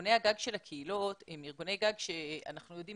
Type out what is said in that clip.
ארגוני הגג של הקהילות הם ארגוני גג שאנחנו יודעים